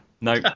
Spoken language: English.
no